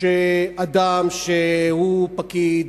שאדם שהוא פקיד,